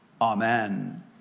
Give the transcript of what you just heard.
Amen